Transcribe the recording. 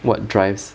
what drives